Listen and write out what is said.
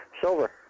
Silver